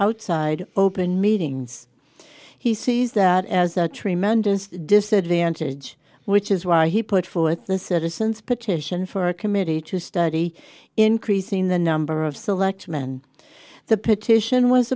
outside open meetings he sees that as a tremendous disadvantage which is why he put forth the citizen's petition for a committee to study increasing the number of selectmen the petition was